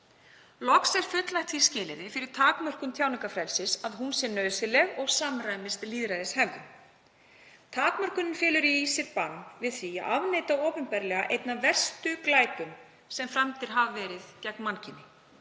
Loks er fullnægt því skilyrði fyrir takmörkun tjáningarfrelsis að hún sé nauðsynleg og samræmist lýðræðishefðum. Takmörkunin felur í sér bann við því að afneita opinberlega einna verstu glæpum sem framdir hafa verið gegn mannkyni.